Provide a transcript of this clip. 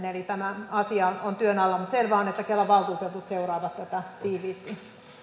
eli tämä asia on työn alla mutta selvää on että kelan valtuutetut seuraavat tätä tiiviisti